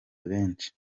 benshi